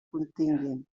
continguin